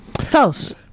False